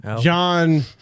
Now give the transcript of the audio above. John